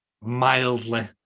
mildly